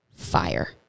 fire